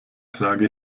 trage